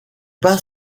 pas